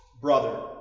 brother